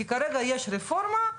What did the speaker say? כרגע יש רפורמה,